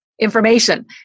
information